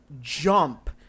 jump